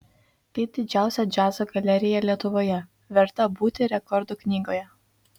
tai didžiausia džiazo galerija lietuvoje verta būti rekordų knygoje